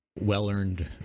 Well-earned